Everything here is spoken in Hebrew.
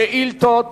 שאילתות